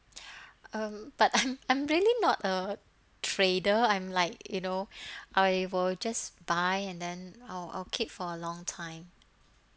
um but I'm I'm really not a trader I'm like you know I will just buy and then I'll I'll keep for a long time